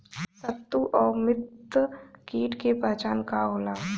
सत्रु व मित्र कीट के पहचान का होला?